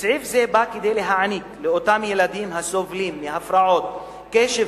סעיף זה בא להעניק לאותם ילדים הסובלים מהפרעות קשב